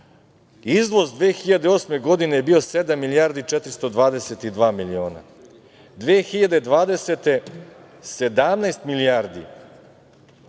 izvoz 2008. godine je bio 7 milijardi i 422 miliona. Godine 2020. 17 milijardi